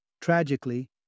Tragically